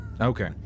okay